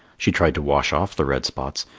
she tried to wash off the red spots,